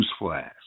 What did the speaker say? Newsflash